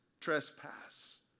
trespass